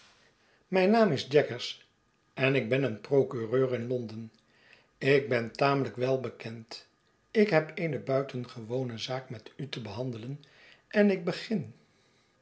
mijn naam is jaggers en ik ben een procureur in l o n d e n ik ben tamelijk wel bekend ik heb eene buitengewone zaak met u te behandelen en ik begin